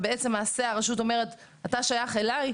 ובעצם מעשי הרשות אומרת: אתה שייך אלי.